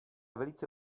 velice